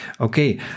okay